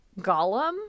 Gollum